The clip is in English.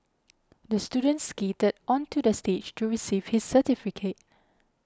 the student skated onto the stage to receive his certificate